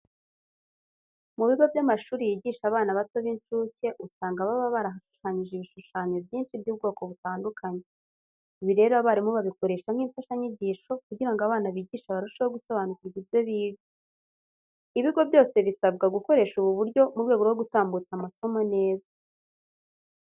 Mu bigo by'amashuri yigisha abana bato b'incuke, usanga baba barahashushanyije ibishushanyo byinshi by'ubwoko butandukanye. Ibi rero abarimu babikoresha nk'imfashanyigisho kugira ngo abana bigisha barusheho gusobanukirwa ibyo biga. Ibigo byose bisabwa gukoresha ubu buryo mu rwego rwo gutambutsa amasomo neza.